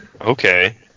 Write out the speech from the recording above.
Okay